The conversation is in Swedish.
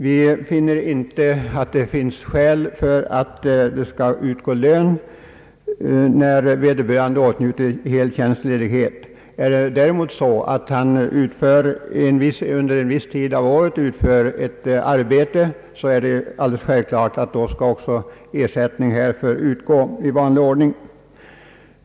Vi finner inte att det finns skäl till att det skall utgå lön när en riksdagsman åtnjuter hel tjänstledighet från sin förutvarande tjänst. Är det däremot så att han under viss tid av året utför ett arbete i tjänsten, är det alldeles självklart att ersättning härför skall utgå i vanlig ordning.